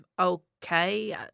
okay